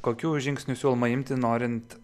kokių žingsnių siūloma imti norint